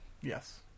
Yes